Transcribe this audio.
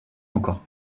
encore